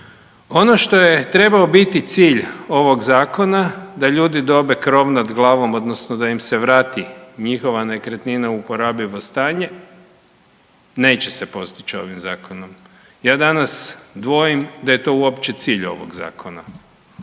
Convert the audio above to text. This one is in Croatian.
Ono što je trebao biti cilj ovog Zakona, da ljudi dobe krov nad glavom, odnosno da ih se vrati njihova nekretnina u uporabljivo stanje, neće se postići ovim Zakonom. Ja danas dvojim da je to uopće cilj ovog Zakona.